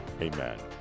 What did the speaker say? amen